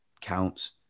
counts